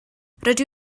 rydw